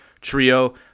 trio